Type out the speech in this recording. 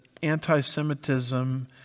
anti-semitism